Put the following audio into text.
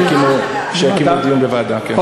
שיתקיים דיון בוועדה, כן.